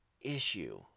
issue